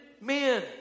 men